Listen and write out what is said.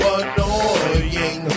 annoying